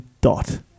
dot